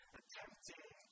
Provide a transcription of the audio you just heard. attempting